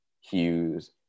Hughes